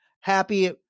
happy